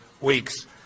weeks